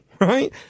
right